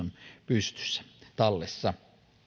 pystyssä tallessa